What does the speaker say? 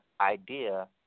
idea